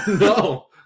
No